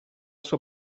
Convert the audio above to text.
sua